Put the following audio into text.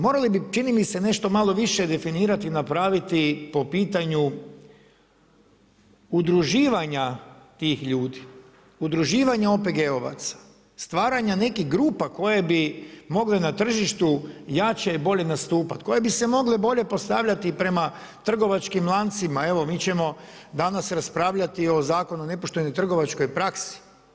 Morali bi čini mi se nešto malo više definirati, napraviti po pitanju udruživanja tih ljudi, udruživanja OPG-ovaca, stvaranja nekih grupa koje bi mogle na tržištu jače i bolje nastupiti, koje bi se mogle postavljati prema trgovačkim lancima, evo mi ćemo danas raspravljati o Zakonu o nepoštenoj trgovačkoj praksi.